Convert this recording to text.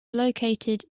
located